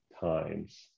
times